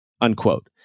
unquote